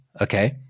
Okay